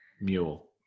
Mule